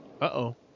Uh-oh